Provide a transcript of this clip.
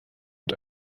und